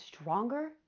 stronger